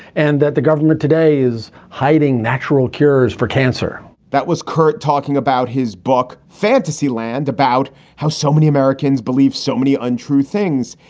and that the government today is hiding natural cures for cancer that was curt talking about his book, fantasy land, about how so many americans believe so many untrue things.